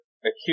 acute